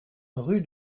rue